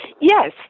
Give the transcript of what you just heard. Yes